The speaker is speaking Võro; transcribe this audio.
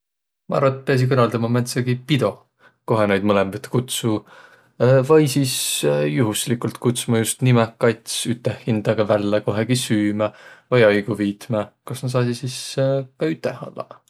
Ma arva, et piäsiq kõrraldama määntsegiq pidoq, kohe näid mõlõmbit kutsuq, vai sis juhusligult kutsma just nimäq kats üteh hindäga vällä kohegi süümä vai aigu viitmä, koh nä saasiq sis ka üteh ollaq.